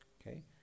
okay